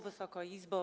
Wysoka Izbo!